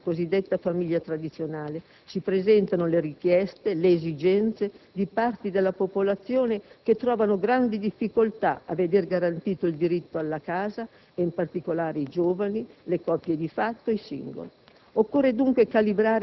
oltre alle esigenze della cosiddetta famiglia tradizionale, si presentano le richieste, le esigenze di parti della popolazione che trovano grandi difficoltà a veder garantito il diritto alla casa ed in particolare i giovani, le coppie di fatto, i *single*.